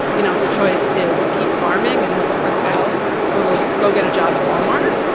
you know, if the choice is keep farming and hope it works out or go get go get a job at walmart,